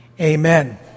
Amen